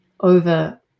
over